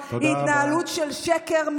היא התנהלות של שקר,